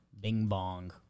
bing-bong